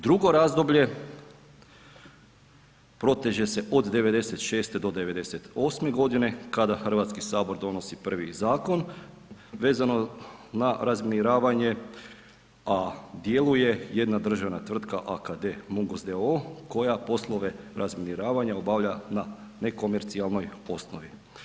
Drugo razdoblje proteže se od 96.-98. godine, kada HS-a donosi prvi zakon vezano na razminiravanje, a djeluje jedna državna tvrtka, AKD-MUNGOS d.o.o., koja poslove razminiravanja obavlja na nekomercijalnoj osnovi.